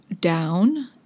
down